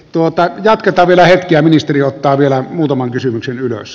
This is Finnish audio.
okei jatketaan vielä hetki ja ministeri ottaa vielä muutaman kysymyksen ylös